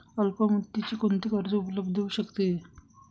अल्पमुदतीचे कोणते कर्ज उपलब्ध होऊ शकते?